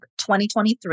2023